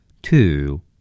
Two